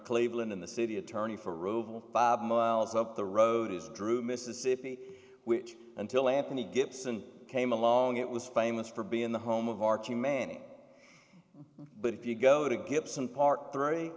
cleveland in the city attorney for rove it's up the road is drew mississippi which until anthony gibson came along it was famous for being the home of archie manning but if you go to gibson park three